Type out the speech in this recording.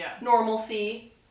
normalcy